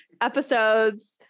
episodes